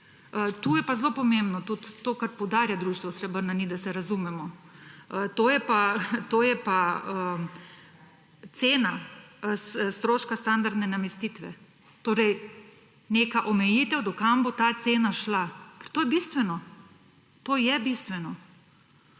tu je pa zelo pomembno tudi to, kar poudarja društvo Srebrna nit, da se razumemo, to je pa cena stroška standardne namestitve. Torej neka omejitev, do kam bo ta cena šla, ker to je bistveno, to je bistveno.